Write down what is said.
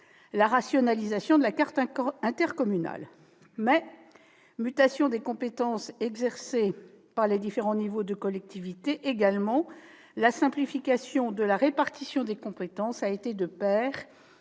la rationalisation de la carte intercommunale ; mutations également des compétences exercées par les différents niveaux de collectivités. La simplification de la répartition des compétences a été de pair